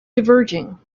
diverging